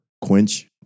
Quench